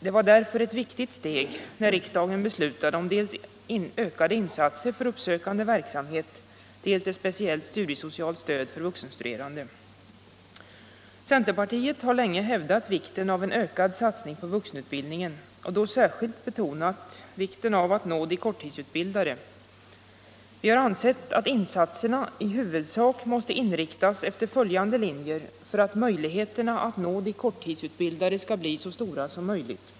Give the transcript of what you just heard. Det var därför ett viktigt steg när riksdagen beslutade om dels ökade insatser för uppsökande verksamhet, dels ett speciellt studiesocialt stöd för vuxenstuderande. Centerpartiet har länge hävdat vikten av en ökad satsning på vuxenutbildning och då särskilt betonat vikten av att nå de korttidsutbildade. Vi har ansett att insatserna i huvudsak måste inriktas efter följande linjer för att möjligheterna att nå de korttidsutbildade skall bli så stora som möjligt.